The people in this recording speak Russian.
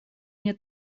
мне